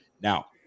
Now